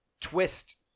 twist